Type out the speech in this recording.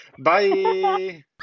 Bye